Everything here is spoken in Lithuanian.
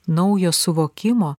naujo suvokimo